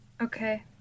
okay